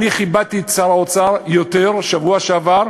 אני כיבדתי את שר האוצר יותר בשבוע שעבר,